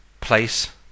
place